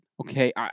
Okay